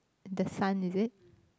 the son is it